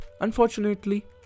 unfortunately